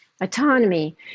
autonomy